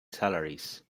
salaries